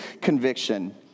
conviction